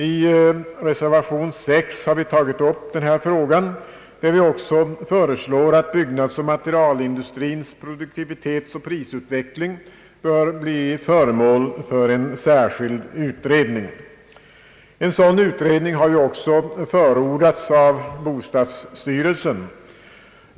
I reservation 6 har vi tagit upp denna fråga och föreslår också att byggnadsoch materialindustrins produktivitetsoch prisutveckling blir föremål för en särskild utredning. En sådan utredning har också förordats av bostadsstyrelsen.